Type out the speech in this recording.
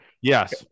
yes